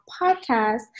podcast